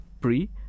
pre